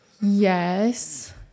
yes